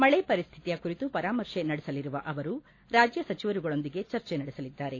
ಮಳೆ ಪರಿಸ್ಥಿತಿಯ ಕುರಿತು ಪರಾಮರ್ಶೆ ನಡೆಸಲಿರುವ ಅವರು ರಾಜ್ಯ ಸಚಿವರುಗಳೊಂದಿಗೆ ಚರ್ಚೆ ನಡೆಸಲಿದ್ದಾರೆ